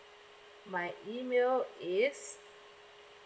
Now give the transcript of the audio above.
my email is